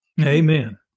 Amen